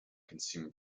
consumer